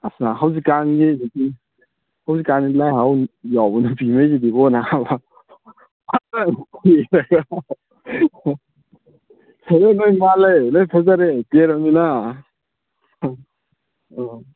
ꯑꯁ ꯍꯧꯖꯤꯛꯀꯥꯟꯒꯤꯗꯤ ꯍꯧꯖꯤꯛꯀꯥꯟꯗꯤ ꯂꯥꯏ ꯍꯔꯥꯎꯕ ꯌꯥꯎꯕ ꯅꯨꯄꯤꯒꯩꯁꯤꯗꯤꯀꯣ ꯍꯥꯏꯕ ꯍꯦꯂꯣꯏ ꯂꯣꯏ ꯃꯥꯜꯂꯦ ꯂꯣꯏ ꯐꯖꯔꯦ ꯀꯦꯔꯕꯅꯤꯅ ꯎꯝ ꯎꯝ